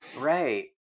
Right